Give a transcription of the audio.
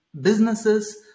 businesses